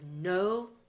no